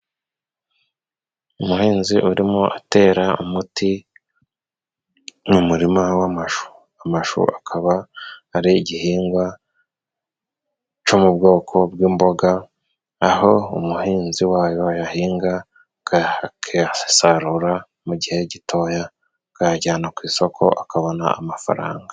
Umuhinzi urimo atera umuti mu murima w'amashu. Amashu akaba ari igihingwa cyo mu bwoko bw'imboga, aho umuhinzi wayo ayahinga akayasarura mu gihe gitoya, akayajyana ku isoko akabona amafaranga.